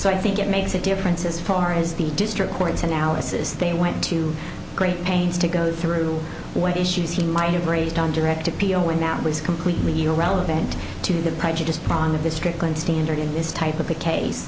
so i think it makes a difference as far as the district court's analysis they went to great pains to go through what issues he might have raised on direct appeal and now it was completely irrelevant to the prejudice on the district one standard in this type of a case